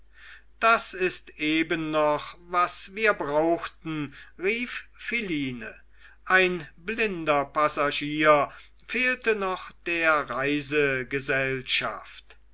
das ist eben noch was wir brauchten rief philine ein blinder passagier fehlte noch der